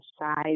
size